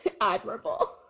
admirable